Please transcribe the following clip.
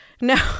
No